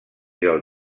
del